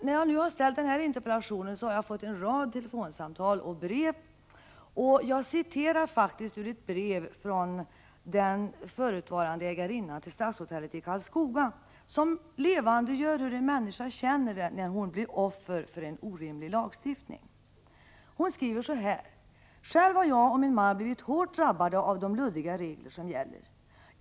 När jag nu ställt den här interpellationen har jag fått en rad telefonsamtal och brev. Jag vill citera ett brev just från förutvarande ägarinnan till Stadshotellet i Karlskoga. Det levandegör hur en människa känner när hon blir offer för denna orimliga lagstiftning. Hon skriver: ”Själv har jag och min man blivit hårt drabbade av de luddiga regler som gäller ———.